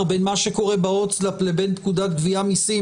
בין מה שקורה בהוצאה לפועל לבין פקודת גבייה (מסים)